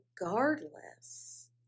regardless